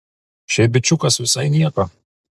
šiaip bičiukas visai nieko